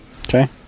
Okay